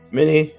mini